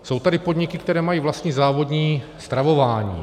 Jsou tady podniky, které mají vlastní závodní stravování.